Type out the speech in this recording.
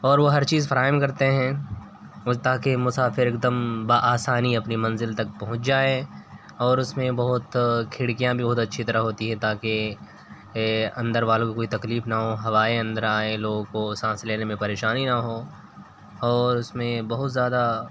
اور وہ ہر چیز فراہم کرتے ہیں تاکہ مسافر ایک دم بآسانی اپنی منزل تک پہنچ جائے اور اس میں بہت کھڑکیاں بھی بہت اچھی طرح ہوتی ہیں تاکہ اندر والوں کو کوئی تکلیف نہ ہو ہوائیں اندر آئیں لوگوں کو سانس لینے میں پریشانی نہ ہوں اور اس میں بہت زیادہ